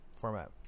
format